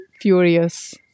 furious